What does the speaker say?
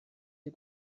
sie